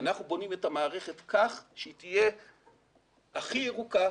אנחנו בונים את המערכת כך שהיא תהיה הכי ירוקה,